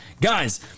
Guys